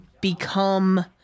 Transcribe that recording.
become